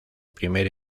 primer